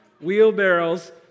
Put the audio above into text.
wheelbarrows